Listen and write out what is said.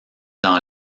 dans